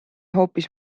hoopis